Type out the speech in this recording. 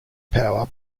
power